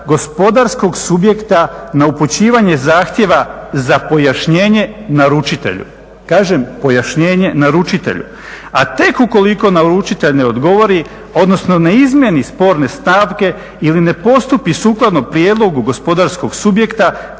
gospodarskog subjekta na upućivanje zahtjeva za pojašnjenje naručitelju. Kažem, pojašnjenje naručitelju. A tek ukoliko naručitelj ne odgovori, odnosno ne izmjeni sporne stavke ili ne postupi sukladno prijedlogu gospodarskog subjekta